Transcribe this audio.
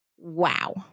Wow